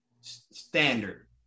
standard